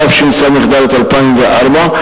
התשס"ד 2004,